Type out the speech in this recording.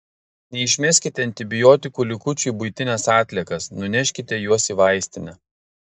neišmeskite antibiotikų likučių į buitines atliekas nuneškite juos į vaistinę